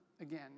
Again